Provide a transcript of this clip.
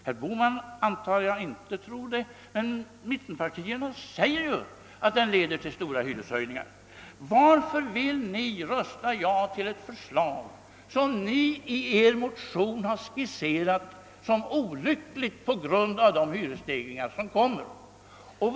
Jag antar att herr Bohman inte anser det, men mittenpartierna säger att regeringsförslaget leder till stora hyreshöjningar. Varför vill ni rösta för ett förslag som ni i er motion har skisserat som olyckligt på grund av de hyresstegringar som blir följden?